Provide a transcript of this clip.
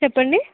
చెప్పండి